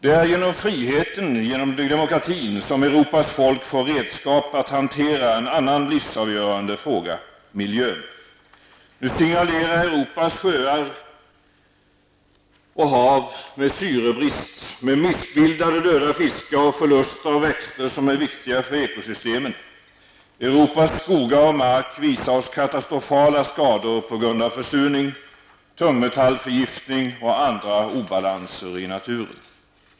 Det är genom friheten, genom demokratin, som Europas folk får redskap att hantera en annan livsavgörande fråga, nämligen miljön. Nu signalerar Europas sjöar och hav med syrebrist, med missbildade och döda fiskar samt med förlust av växter som är viktiga för ekosystemen. Europas skogar och mark visar katastrofala skador på grund av försurning, tungmetallförgiftning och andra obalanser i naturen.